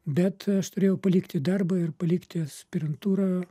bet aš turėjau palikti darbą ir palikti aspirantūrą